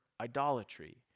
idolatry